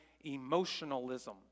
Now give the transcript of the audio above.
emotionalism